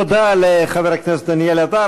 תודה לחבר הכנסת דניאל עטר.